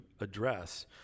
address